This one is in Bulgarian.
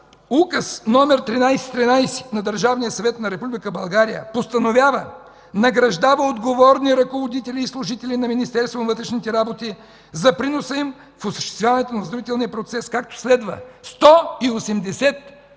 Указ № 1313 на Държавния съвет на Република България, постановява: „Награждава отговорни ръководители и служители на Министерството на вътрешните работи за приноса им в осъществяването на възродителния процес, както следва – 180 генерали,